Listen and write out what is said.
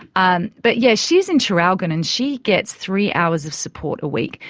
and but, yeah, she's in traralgon and she gets three hours of support a week.